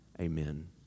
Amen